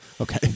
Okay